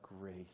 grace